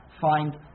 find